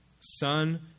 son